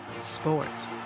sports